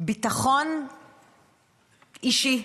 ביטחון אישי.